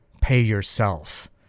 pay-yourself